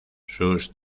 sus